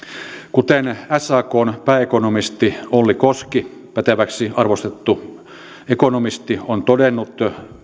kuten sakn pääekonomisti olli koski päteväksi arvostettu ekonomisti on todennut